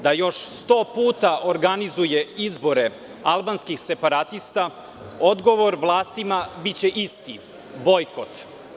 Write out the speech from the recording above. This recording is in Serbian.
Da još sto puta organizuje izbore albanskih separatista, odgovor vlastima biće isti – bojkot.